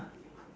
ah